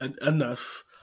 enough